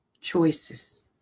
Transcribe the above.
choices